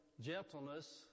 gentleness